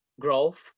growth